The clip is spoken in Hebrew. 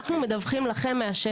אנחנו מדווחים לכם מהשטח.